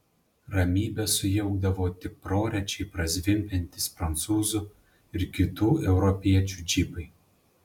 ramybę sujaukdavo tik prorečiai prazvimbiantys prancūzų ir kitų europiečių džipai